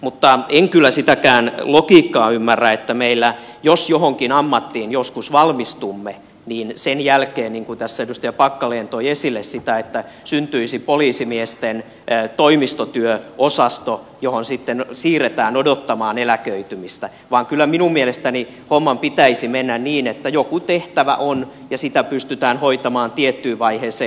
mutta en kyllä sitäkään logiikkaa ymmärrä että meillä jos johonkin ammattiin joskus valmistumme sen jälkeen niin kuin tässä edustaja packalen toi esille syntyisi poliisimiesten toimistotyöosasto johon sitten siirretään odottamaan eläköitymistä vaan kyllä minun mielestäni homman pitäisi mennä niin että joku tehtävä on ja sitä pystytään hoitamaan tiettyyn vaiheeseen